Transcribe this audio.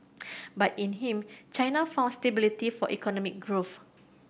but in him China found stability for economic growth